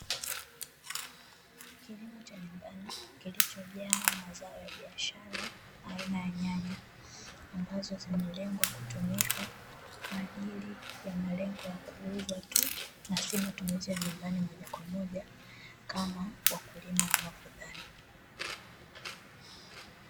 Kilimo cha nyumbani, kilichojaa mazao ya biashara aina ya nyanya, ambazo zimelengwa kutumika kwa ajili ya malengo ya kuuzwa tu na sio matumizi ya nyumbani moja kwa moja kama wakulima wanavyodhani.